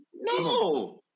No